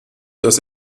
dass